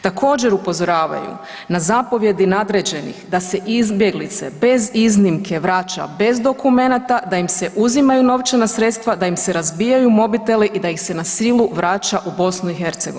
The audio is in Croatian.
Također upozoravaju na zapovjedi nadređenih da se izbjeglice bez iznimke vraća bez dokumenata, da im se uzimaju novčana sredstva, da im se razbijaju mobiteli i da ih se na silu vraća u BiH.